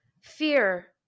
fear